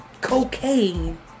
cocaine